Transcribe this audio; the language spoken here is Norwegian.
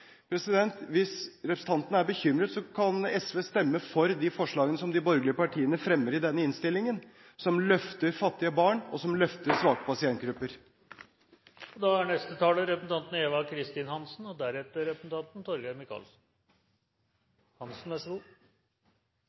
Hvis representanten er bekymret, kan SV stemme for de forslagene som de borgerlige partiene fremmer i denne innstillingen, som løfter fattige barn, og som løfter svake pasientgrupper.